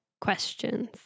questions